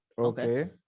okay